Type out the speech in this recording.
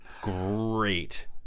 Great